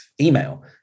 email